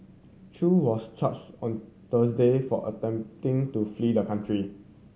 Chew was charged on Thursday for attempting to flee the country